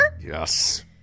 Yes